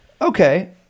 okay